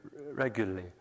regularly